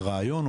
הרעיון,